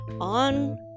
On